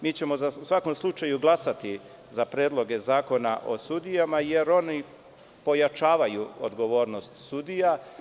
Mi ćemo u svakom slučaju glasati za predloge zakona o sudijama jer oni pojačavaju odgovornost sudija.